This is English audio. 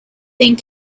thing